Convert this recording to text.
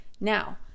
Now